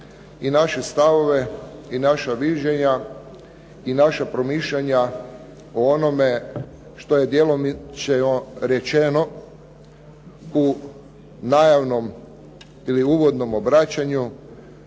i naše stavove i naša viđenja i naša promišljanja o onome što je djelomično rečeno u najavnom ili uvodnom obraćanju